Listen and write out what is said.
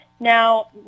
Now